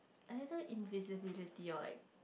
either invisibility or like